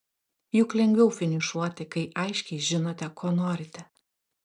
juk lengviau finišuoti kai aiškiai žinote ko norite